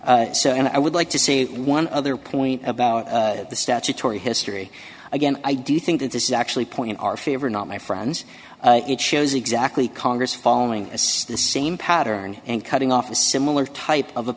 so and i would like to say one other point about the statutory history again i do think that this is actually point in our favor not my friends it shows exactly congress following assess the same pattern and cutting off a similar type of a